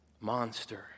monster